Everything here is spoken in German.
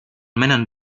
männern